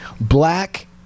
Black